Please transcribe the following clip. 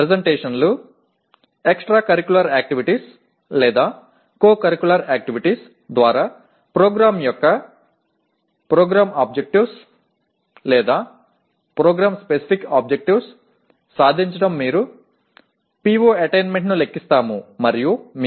பாடங்கள் முக்கிய பாடங்கள் திட்டங்கள் விளக்கக்காட்சிகள் கூடுதல் பாடத்திட்ட நடவடிக்கைகள் அல்லது இணை பாடத்திட்ட நடவடிக்கைகள் மூலம் திட்டத்தின் PO PSO அடைவதைக் கணக்கிடுவார்கள் பின்னர் நீங்கள் PO PSO இலக்குகளை நிர்ணயம் செய்வீர்கள்